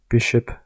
Bishop